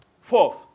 Fourth